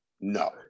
No